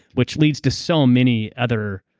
which leads to so many other.